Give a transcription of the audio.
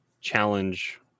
challenge